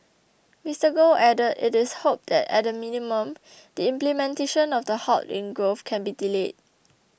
Mister Goh added it is hoped that at the minimum the implementation of the halt in growth can be delayed